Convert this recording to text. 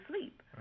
sleep